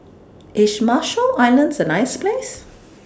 IS Marshall Islands A nice Place